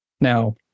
Now